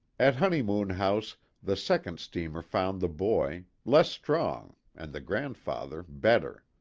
at honeymoon house the second steamer found the boy less strong, and the grand father better.